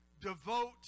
Devote